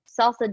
salsa